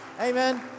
Amen